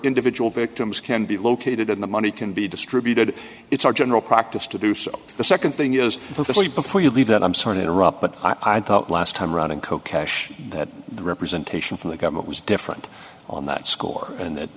individual victims can be located and the money can be distributed it's our general practice to do so the nd thing is perfectly before you leave that i'm sorry to interrupt but i thought last time around in co cash that the representation from the government was different on that score and that